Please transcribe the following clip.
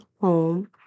home